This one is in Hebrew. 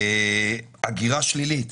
הגירה שלילית,